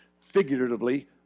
figuratively